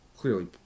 Clearly